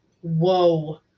whoa